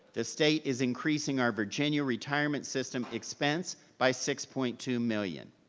the state is increasing our virginia retirement system expense by six point two million.